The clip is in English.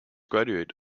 graduate